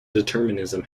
determinism